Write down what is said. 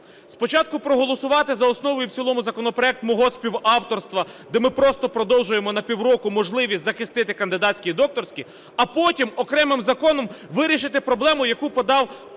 спочатку проголосувати за основу і в цілому законопроект мого співавторства, де ми просто продовжуємо на півроку можливість захистити кандидатські і докторські, а потім окремим законом вирішити проблему, яку подав голова